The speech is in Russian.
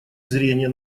зрения